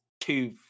two